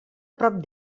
prop